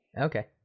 Okay